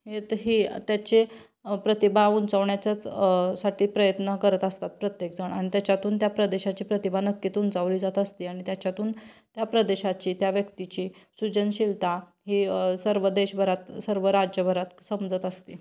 हे आता ही त्याचे प्रतिभा उंचवण्याच्याच साठी प्रयत्न करत असतात प्रत्येकजण आणि त्याच्यातून त्या प्रदेशाची प्रतिभा नक्कीेत उंचावली जात असते आणि त्याच्यातून त्या प्रदेशाची त्या व्यक्तीची सृजनशीलता ही सर्व देशभरात सर्व राज्यभरात समजत असते